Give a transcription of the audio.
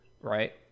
right